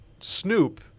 Snoop